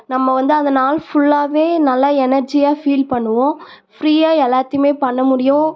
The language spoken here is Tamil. நம்ம வந்து அந்த நாள் ஃபுல்லாகவே நல்ல எனர்ஜியாக ஃபீல் பண்ணுவோம் ஃப்ரீயாக எல்லாத்தையுமே பண்ணமுடியும்